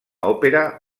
òpera